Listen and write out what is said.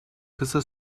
kısa